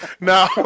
No